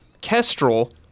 Kestrel